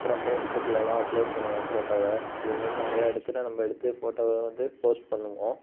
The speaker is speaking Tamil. அப்புறோம் ஃபேஸ் புக்லல்லாம் அப்லோட் பண்ணுவோம் ஃபோட்டோவை இந்த மாதிரி நிறைய இடத்துல நம்ப எடுத்த ஃபோட்டோவை வந்து போஸ்ட் பண்ணுவோம்